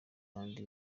kandi